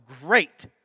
great